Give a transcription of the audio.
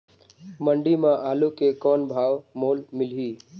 मंडी म आलू के कौन भाव मोल मिलही?